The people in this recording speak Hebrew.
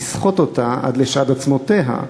לסחוט אותה עד לשד עצמותיה.